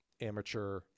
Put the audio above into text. amateur